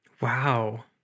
wow